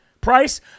price